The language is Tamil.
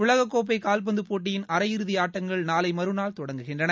உலகக் கோப்பை கால்பந்து போட்டியின் அரை இறுதி ஆட்டங்கள் நாளை மறுநாள் தொடங்குகின்றன